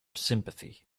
sympathy